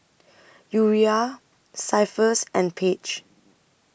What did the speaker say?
Uriah Cephus and Paige